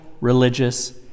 religious